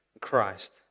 Christ